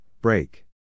break